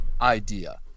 idea